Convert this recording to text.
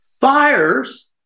fires